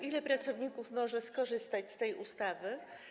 Ilu pracowników może skorzystać z tej ustawy?